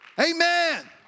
Amen